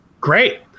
Great